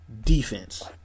defense